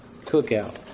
Cookout